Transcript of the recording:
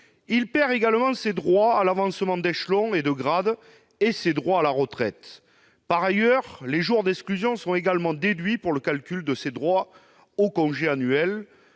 Il perd également ses droits à l'avancement d'échelon et de grade et ses droits à la retraite. Par ailleurs, les jours d'exclusion sont aussi déduits pour le calcul de ses droits au congé annuel.